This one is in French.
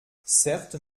certes